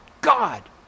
God